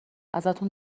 ازتون